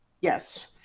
Yes